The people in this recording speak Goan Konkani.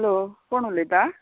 हॅलो कोण उलयता